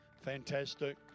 Fantastic